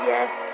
Yes